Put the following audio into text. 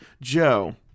Joe